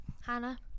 Hannah